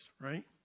right